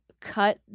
cut